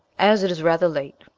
as it is rather late,